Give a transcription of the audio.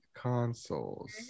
consoles